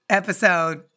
episode